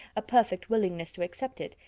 a perfect willingness to accept it,